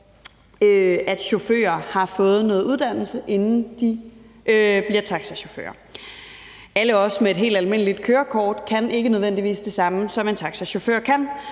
at chauffører har fået noget uddannelse, inden de bliver taxachauffører. Alle os med et helt almindeligt kørekort kan ikke nødvendigvis det samme, som en taxachauffør kan.